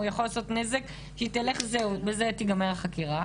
הוא יכול לעשות נזק והיא תלך ובזה תיגמר החקירה.